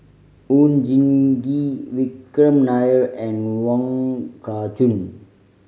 Oon Jin Gee Vikram Nair and Wong Kah Chun